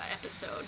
episode